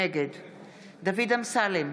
נגד דוד אמסלם,